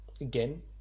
Again